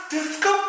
Disco